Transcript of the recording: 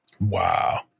Wow